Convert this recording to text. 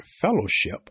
fellowship